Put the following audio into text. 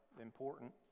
important